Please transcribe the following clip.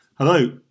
Hello